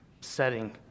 setting